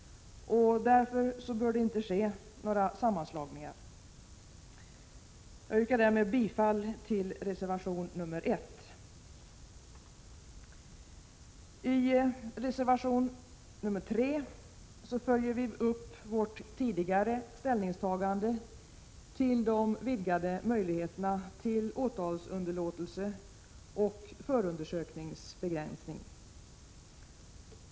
Därför bör det inte ske några sammanslagningar. Jag yrkar bifall till reservation 1. I reservation 3 följer vi upp vårt tidigare ställningstagande till de vidgade möjligheterna till åtalsunderlåtelse och förundersökningsbegränsning.